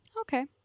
Okay